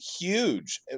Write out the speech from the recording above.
huge